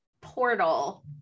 portal